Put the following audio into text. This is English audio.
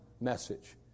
message